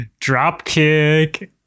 Dropkick